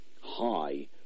high